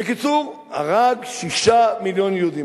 בקיצור, הרג שישה מיליון יהודים.